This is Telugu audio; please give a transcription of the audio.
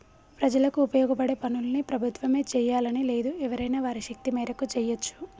ప్రజలకు ఉపయోగపడే పనుల్ని ప్రభుత్వమే జెయ్యాలని లేదు ఎవరైనా వారి శక్తి మేరకు జెయ్యచ్చు